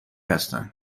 هستند